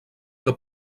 que